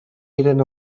eren